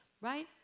right